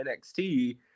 NXT